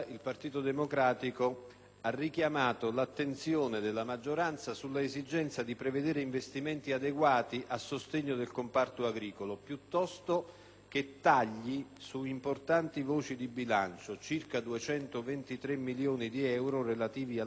ha richiamato l'attenzione della maggioranza sull'esigenza di prevedere investimenti adeguati a sostegno del comparto agricolo, piuttosto che tagli su importanti voci di bilancio (circa 223 milioni di euro relativi alle missioni di spesa